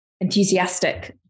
enthusiastic